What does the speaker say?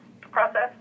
process